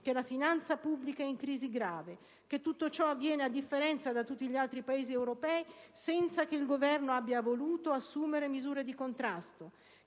che la finanza pubblica è in crisi grave, che tutto ciò avviene, a differenza di tutti gli altri Paesi europei, senza che il Governo abbia voluto assumere misure di contrasto,